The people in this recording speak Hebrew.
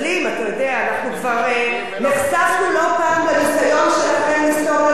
אנחנו כבר נחשפנו לא פעם לניסיון שלכם לסתום לנו את הפיות,